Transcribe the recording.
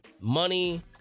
Money